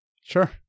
Sure